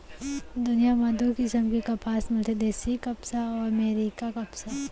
दुनियां म दू किसम के कपसा मिलथे देसी कपसा अउ अमेरिकन कपसा